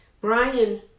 Brian